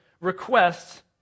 requests